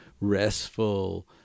restful